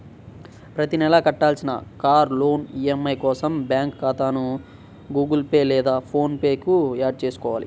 ప్రతి నెలా కట్టాల్సిన కార్ లోన్ ఈ.ఎం.ఐ కోసం బ్యాంకు ఖాతాను గుగుల్ పే లేదా ఫోన్ పే కు యాడ్ చేసుకోవాలి